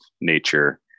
nature